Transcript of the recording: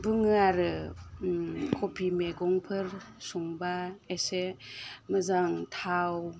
बुङो आरो खबि मैगंफोर संब्ला एसे मोजां थाव